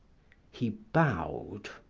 he bowed.